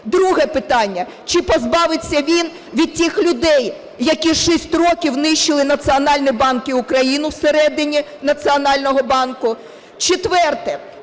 Друге питання. Чи позбавиться він від тих людей, які 6 років нищили Національний банк і Україну всередині Національного банку? Четверте.